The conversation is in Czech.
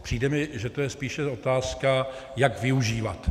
Přijde mi, že to je spíše otázka, jak využívat.